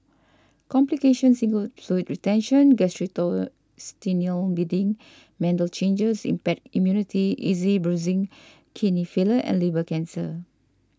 complications include fluid retention bleeding mental changes impaired immunity easy bruising kidney failure and liver cancer